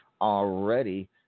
already